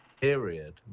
period